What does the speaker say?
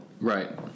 Right